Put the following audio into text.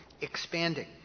expanding